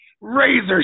Razor